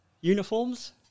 uniforms